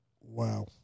Wow